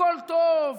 הכול טוב: